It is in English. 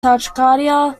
tachycardia